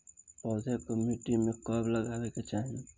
पौधे को मिट्टी में कब लगावे के चाही?